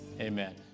Amen